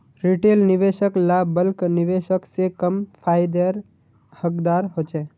retail निवेशक ला bulk निवेशक से कम फायेदार हकदार होछे